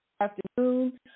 afternoon